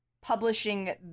publishing